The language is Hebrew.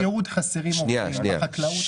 בסיעוד חסרים עובדים, בחקלאות חסרים עובדים.